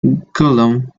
guillaume